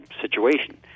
situation